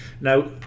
Now